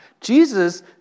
Jesus